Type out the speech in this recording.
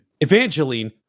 Evangeline